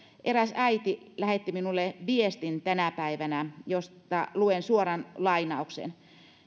eräs äiti lähetti minulle tänä päivänä viestin josta luen suoran lainauksen